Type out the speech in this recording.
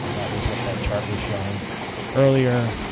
that was what that chart was showing earlier.